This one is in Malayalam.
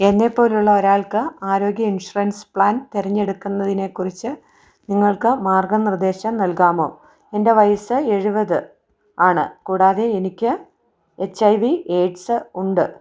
എന്നെപ്പോലെയുള്ള ഒരാൾക്ക് ആരോഗ്യ ഇൻഷുറൻസ് പ്ലാൻ തെരഞ്ഞെടുക്കുന്നതിനെക്കുറിച്ച് നിങ്ങൾക്ക് മാർഗ്ഗനിർദ്ദേശം നൽകാമോ എൻ്റെ വയസ്സ് എഴുപതാണ് കൂടാതെ എനിക്ക് എച്ച് ഐ വി എയ്ഡ്സ് ഉണ്ട്